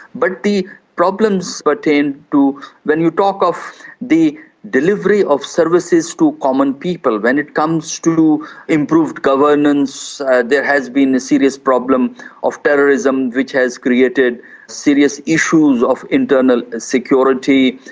but the problems pertain to when you talk of the delivery of services to common people. when it comes to improved governance there has been a serious problem of terrorism which has created serious issues of internal security,